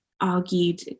argued